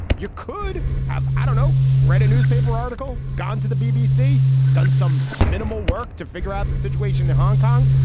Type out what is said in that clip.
you could have i don't know read a newspaper article gone to the bbc done some minimal work to figure out the situation in hong kong.